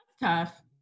tough